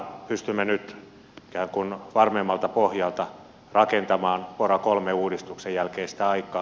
pystymme nyt ikään kuin varmemmalta pohjalta rakentamaan pora iii uudistuksen jälkeistä aikaa